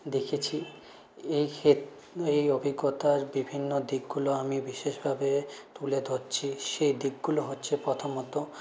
দেখেছি এই এই অভিজ্ঞতার বিভিন্ন দিকগুলো আমি বিশেষভাবে তুলে ধরছি সে দিকগুলো হচ্ছে প্রথমত